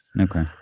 Okay